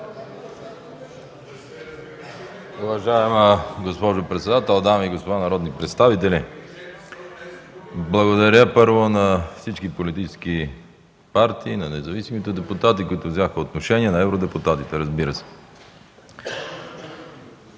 Уважаема госпожо председател, дами и господа народни представители! Благодаря, първо, на всички политически партии, на независимите депутати, които взеха отношение, на евродепутатите, разбира се.